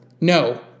No